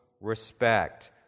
respect